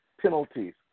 penalties